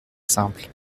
simples